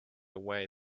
away